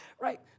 right